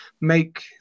make